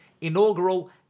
inaugural